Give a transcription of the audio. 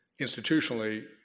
Institutionally